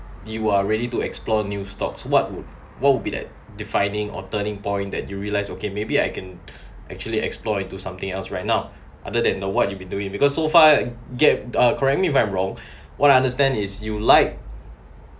you are ready to explore new stocks what would what would be at defining or turning point that you realised okay maybe I can actually explore into something else right now other than now what you've been doing because so far gap uh correct me if I'm wrong what I understand is you like